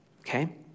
okay